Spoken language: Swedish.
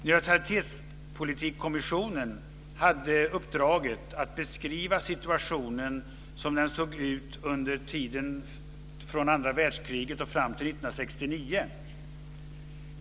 Neutralitetspolitikkommissionen hade uppdraget att beskriva situationen som den såg ut under tiden från andra världskriget och fram till 1969.